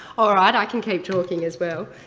alright, i can keep talking as well.